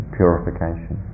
purification